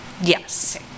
Yes